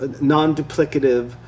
non-duplicative